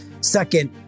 Second